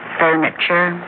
furniture